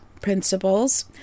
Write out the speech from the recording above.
principles